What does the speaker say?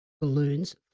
balloons